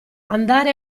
andare